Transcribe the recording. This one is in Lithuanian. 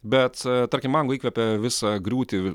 bet tarkim mango įkvėpė visą griūtį